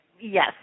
yes